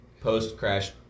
post-crash